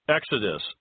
Exodus